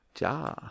Ja